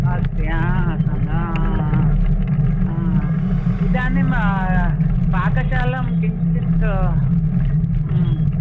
अस्ति हा इदानीं पाकशालां किञ्चित्